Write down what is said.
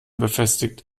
befestigt